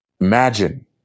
Imagine